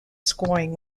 scoring